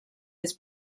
his